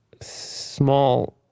small